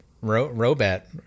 Robat